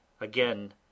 again